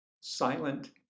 silent